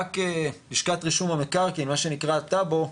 רק לשכת רישום המקרקעין, מה שנקרא טאבו,